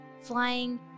flying